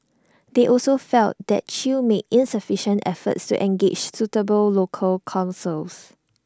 they also felt that chew made insufficient efforts to engage suitable local counsels